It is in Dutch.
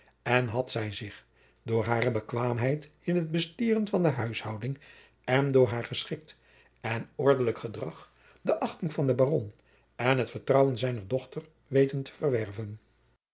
en had zij zich door hare bekwaamheid in t bestieren van de huishouding en door haar geschikt en ordelijk gedrag de achting van den baron en het vertrouwen zijner dochter weten te verwerven